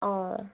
অঁ